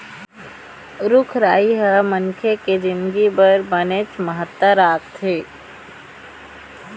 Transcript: रूख राई ह मनखे के जिनगी बर बनेच महत्ता राखथे